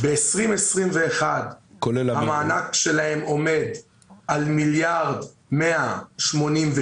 בשנת 2021 המענק שלהן עומד על מיליארד ו-187.